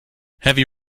heavy